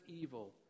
evil